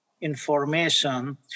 information